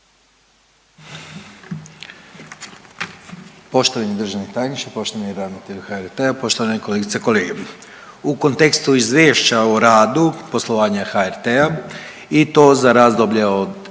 Poštovani državni tajniče, poštovani ravnatelju HRT-a, poštovane kolegice i kolege, u kontekstu Izvješća o radu poslovanja HRT-a i to za razdoblje od